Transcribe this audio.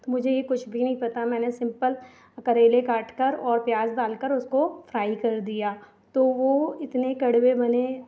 तो मुझे यह कुछ भी नहीं पता मैंने सिम्पल करेले काटकर और प्याज़ डालकर उसको फ़्राई कर दिया तो वे इतने कड़वे बने